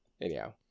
Anyhow